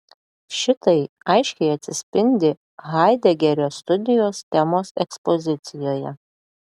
šitai aiškiai atsispindi haidegerio studijos temos ekspozicijoje